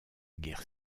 guerre